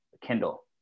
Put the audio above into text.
Kindle